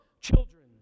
children